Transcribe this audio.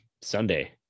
sunday